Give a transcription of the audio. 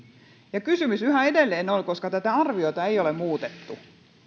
ja kysymys yhä edelleen on koska tätä arviota ei ole muutettu